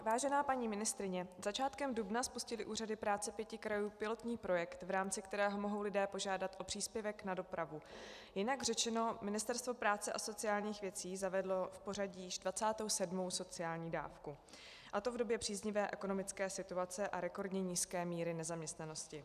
Vážená paní ministryně, začátkem dubna spustily úřady práce pěti krajů pilotní projekt, v rámci kterého mohou lidé požádat o příspěvek na dopravu, jinak řečeno, Ministerstvo práce a sociálních věcí zavedlo v pořadí již 27. sociální dávku, a to v době příznivé ekonomické situace a rekordně nízké míry nezaměstnanosti.